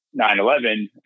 9-11